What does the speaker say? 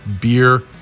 beer